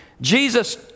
Jesus